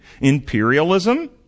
imperialism